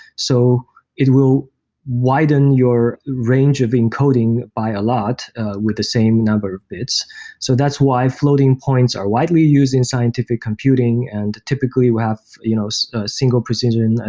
so it will widen your range of encoding by a lot with the same number. that's so that's why floating-points are widely used in scientific computing, and typically we'll have you know so single precision,